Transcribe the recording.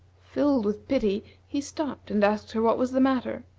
filled with pity, he stopped and asked her what was the matter.